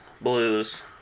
blues